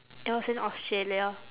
it was in australia